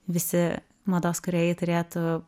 visi mados kūrėjai turėtų